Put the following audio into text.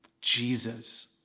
Jesus